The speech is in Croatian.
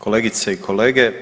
Kolegice i kolege.